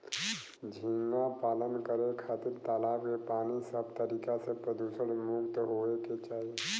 झींगा पालन करे खातिर तालाब के पानी सब तरीका से प्रदुषण मुक्त होये के चाही